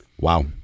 Wow